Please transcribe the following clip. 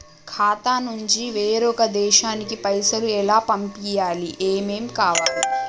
ఖాతా నుంచి వేరొక దేశానికి పైసలు ఎలా పంపియ్యాలి? ఏమేం కావాలి?